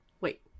Wait